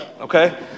okay